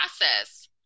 process –